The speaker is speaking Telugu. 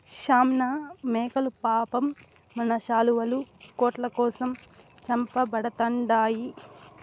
షాస్మినా మేకలు పాపం మన శాలువాలు, కోట్ల కోసం చంపబడతండాయి